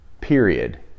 Period